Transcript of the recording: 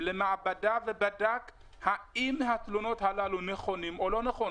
למעבדה ובדק האם התלונות הללו נכונות או לא נכונות?